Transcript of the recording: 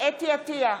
חוה אתי עטייה,